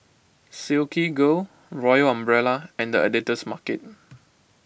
Silkygirl Royal Umbrella and the Editor's Market